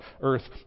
earth